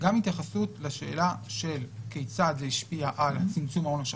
גם התייחסות לשאלה של כיצד זה השפיע על צמצום ההון השחור.